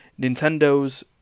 Nintendo's